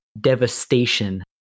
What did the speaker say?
devastation